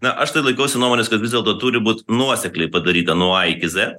na aš tai laikausi nuomonės kad vis dėlto turi būti nuosekliai padaryta nuo a iki z